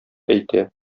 әйтә